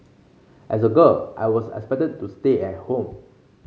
as a girl I was expected to stay at home